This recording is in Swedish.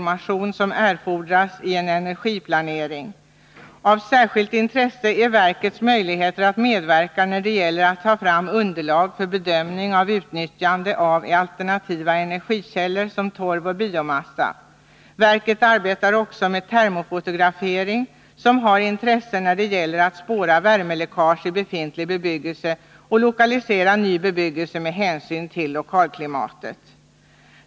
mation som erfordras i en energiplanering. Av särskilt intresse är verkets möjligheter att medverka när det gäller att ta fram underlag för bedömning av utnyttjande av alternativa energikällor såsom torv och biomassa. Verket arbetar också med termofotografering som har intresse när det gäller att spåra värmeläckage i befintlig bebyggelse och lokalisera ny bebyggelse med hänsyn till lokalklimatet.